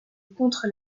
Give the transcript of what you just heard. contre